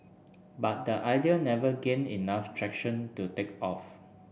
but the idea never gained enough traction to take off